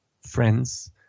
friends